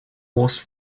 horse